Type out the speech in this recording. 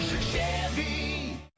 Chevy